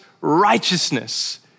righteousness